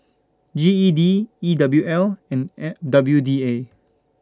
G E D E W L and W D A